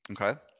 Okay